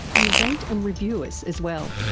and rate and review us as well,